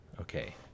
Okay